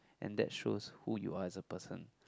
and that shows who you are as a person